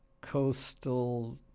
coastal